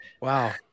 Wow